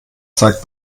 zeigt